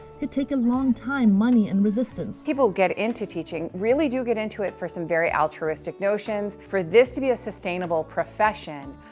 could take a long time, money and resistance. people get into teaching, really do get into it for some very altruistic notions. for this to be a sustainable profession,